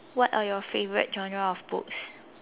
what are your favorite genre of books